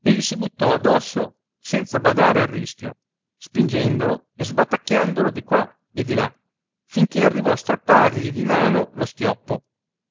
e gli si buttò addosso senza badare al rischio spingendolo e sbatacchiandolo di qua e di là finché arrivò a strappargli di mano lo schioppo